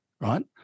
right